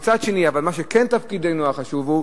מצד שני, אבל מה שכן תפקידנו החשוב הוא,